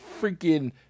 freaking